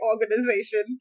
organization